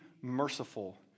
merciful